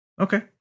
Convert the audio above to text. okay